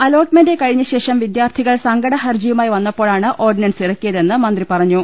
allot മെന്റ് കഴിഞ്ഞ ശേഷം വിദ്യാർത്ഥികൾ സങ്കട ഹർജിയുമായി വന്നപ്പോഴാണ് ഓർഡിനൻസ് ഇറക്കിയതെന്ന് മന്ത്രി പറ ഞ്ഞു